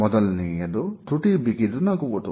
ಮೊದಲನೆಯದು ತುಟಿ ಬಿಗಿದು ನಗುವುದು